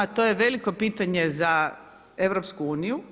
To je veliko pitanje za EU.